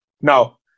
Now